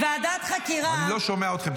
ועדת חקירה --- אני לא שומע אתכם,